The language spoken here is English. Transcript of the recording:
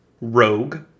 rogue